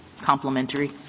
complementary